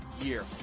year